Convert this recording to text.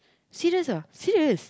serious lah serious